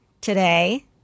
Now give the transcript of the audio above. today